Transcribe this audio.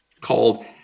called